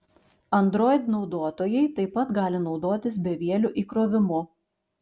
android naudotojai taip pat gali naudotis bevieliu įkrovimu